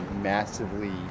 massively